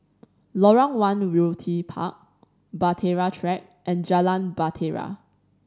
Lorong One Realty Park Bahtera Track and Jalan Bahtera